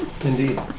Indeed